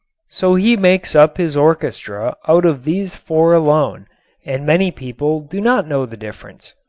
so he makes up his orchestra out of these four alone and many people do not know the difference.